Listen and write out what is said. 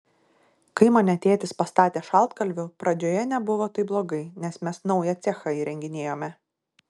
kai mane tėtis pastatė šaltkalviu pradžioje nebuvo taip blogai nes mes naują cechą įrenginėjome